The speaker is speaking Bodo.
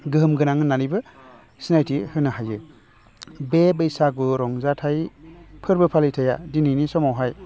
गोहोम गोनां होननानैबो सिनायथि होनो हायो बे बैसागु रंजाथाइ फोरबो फालिथाइया दिनैनि समावहाय